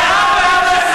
אורן חזן,